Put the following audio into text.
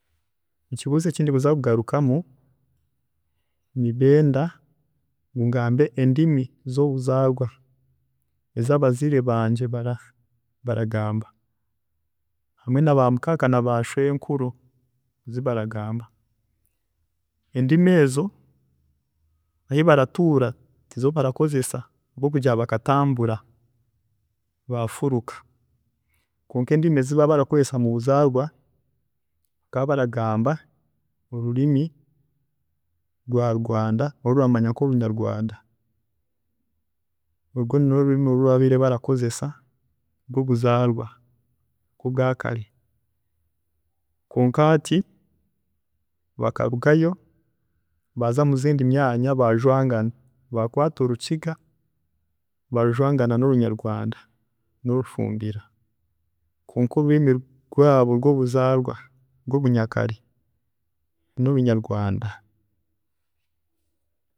﻿Ekibuuzo eki ndikuza kugarukamu nibenda ngu ngambe endimi zobuzaarwa ezi abaziire bangye bara baragamba hamwe n'abamukaaka n'abashwenkuru ezi baragamba, endimi ezo ahi baratuura tizo barakozesa habwokugira ngu bakatambura baafuruka, kwonka endimi ezi babaire barakozesa mubuzaarwa bakaba baragamba orurimi rwa Rwanda oruramanywa nkorunyarwanda, orwe nirwe rurimi oru babaire barakozesa rwobuzarwa rwobwaakare. Kwonka hati bakarugayo baaza muzindi myaanya baajwaangana bakwata orukiga baarujwanganya norunyarwanda norufumbira kwonka orurimi rwaabo rwobuzaarwa rwobunyakare norunyarwanda.